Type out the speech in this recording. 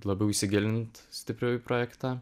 labiau įsigilint stipriau į projektą